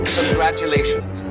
Congratulations